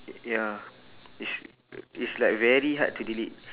ya it's it's like very hard to delete